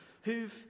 who've